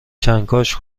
کنکاش